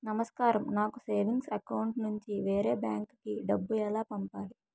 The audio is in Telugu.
నమస్కారం నాకు సేవింగ్స్ అకౌంట్ నుంచి వేరే బ్యాంక్ కి డబ్బు ఎలా పంపాలి?